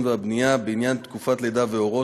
והבנייה ובעניין תקופת לידה והורות,